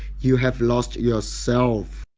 you have lost yourself.